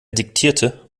diktierte